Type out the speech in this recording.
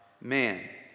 man